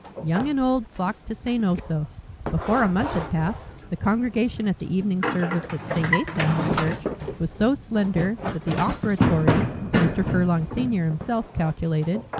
young and old flocked to st. osoph's. before a month had passed the congregation at the evening service at st. asaph's church was so slender that the offertory, as mr. furlong senior himself calculated,